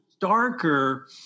darker